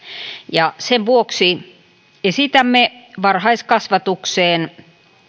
ja sen vuoksi esitämme varhaiskasvatukseen